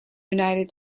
united